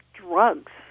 drugs